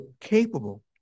capable